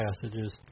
passages